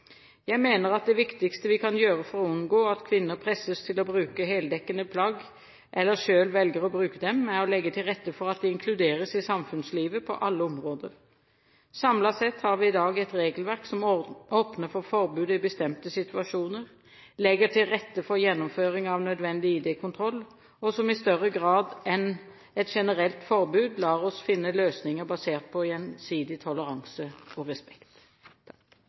Jeg mener det viktigste vi kan gjøre for å unngå at kvinner presses til å bruke heldekkende plagg, eller selv velger å bruke dem, er å legge til rette for at de inkluderes i samfunnslivet på alle områder. Samlet sett har vi i dag et regelverk som åpner for forbud i bestemte situasjoner, som legger til rette for gjennomføring av nødvendig ID-kontroll, og som i større grad enn et generelt forbud lar oss finne løsninger basert på gjensidig toleranse og respekt.